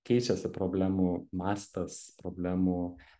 keičiasi problemų mastas problemų